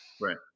Right